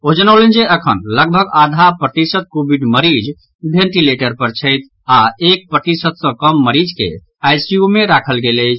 ओ जनौलनि जे अखन लगभग आधा प्रतिशत कोविड मरीज वेंटीलेटर पर छथि आओर एक प्रतिशत सँ कम मरीज के आईसीयू मे राखल गेल अछि